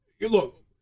Look